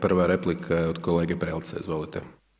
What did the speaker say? Prva replika je od kolege Prelca, izvolite.